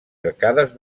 arcades